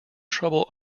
trouble